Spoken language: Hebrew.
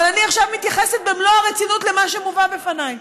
אבל אני עכשיו מתייחסת במלוא הרצינות למה שמובא לפניי,